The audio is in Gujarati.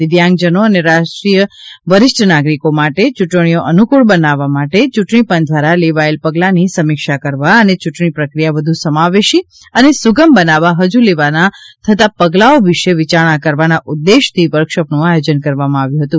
દિવ્યાંગજનો અને વરિષ્ઠ નાગરિકો માટે ચૂંટણીઓ અનૂકૂળ બનાવવા માટે યૂંટણી પંચ દ્વારા લેવાયેલ પગલાંની સમીક્ષા કરવા અને ચૂંટણી પ્રક્રિયા વધુ સમાવેશી અને સુગમ બનાવવા હજુ લેવાના થતા પગલાંઓ વિશે વિચારણા કરવાના ઉદ્દેશથી વર્કશોપનું આયોજન કરવામાં આવ્યું હતું